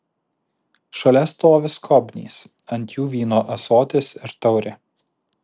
šalia stovi skobnys ant jų vyno ąsotis ir taurė